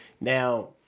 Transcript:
Now